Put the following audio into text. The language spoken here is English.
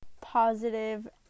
positive